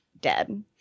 dead